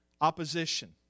opposition